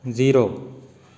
zero